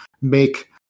make